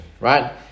Right